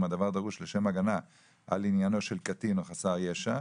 אם הדבר דרוש לשם הגנה על עניינו של קטין או חסר ישע,